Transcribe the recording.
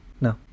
no